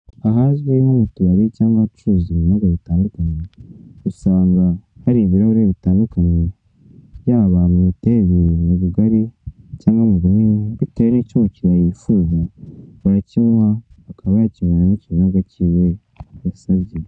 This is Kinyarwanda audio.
Ahazwi nko mutubari cyangwa ahacururizwa ibinyobwa bitandukanye usanga hari ibirahure bitandukanye yaba mu miterere, mu bugari cyangwa mu bunini bitewe nicyo umukiriya yifuje urakimuha akaba ya kinyweramo ikinyobwa kiwe yasabye.